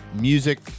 music